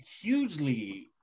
hugely